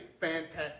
fantastic